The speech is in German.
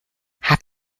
habt